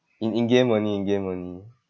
in in game only in game only